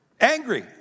Angry